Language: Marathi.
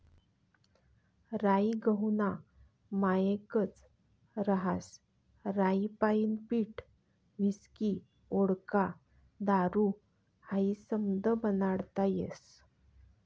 राई गहूना मायेकच रहास राईपाईन पीठ व्हिस्की व्होडका दारू हायी समधं बनाडता येस